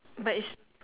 but it's